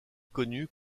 connu